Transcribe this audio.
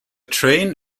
train